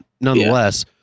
nonetheless